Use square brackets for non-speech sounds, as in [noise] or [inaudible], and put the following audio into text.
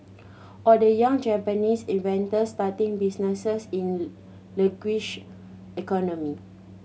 or the young Japanese inventors starting businesses in sluggish economy [noise]